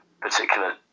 particular